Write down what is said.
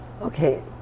okay